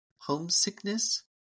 homesickness